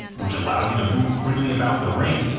which allows you to move freely about the ring,